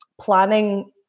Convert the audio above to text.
planning